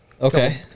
Okay